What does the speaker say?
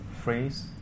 phrase